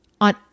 on